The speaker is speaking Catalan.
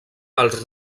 als